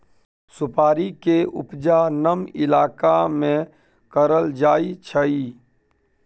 सुपारी के उपजा नम इलाका में करल जाइ छइ